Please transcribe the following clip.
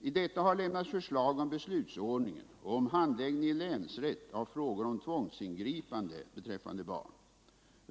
I detta har lämnats förslag om beslutsordningen och om handläggningen i länsrätt av frågor om tvångsingripande beträffande barn.